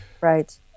right